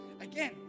again